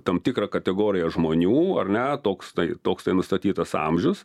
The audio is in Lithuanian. tam tikrą kategoriją žmonių ar ne toks tai toks tai nustatytas amžius